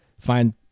Find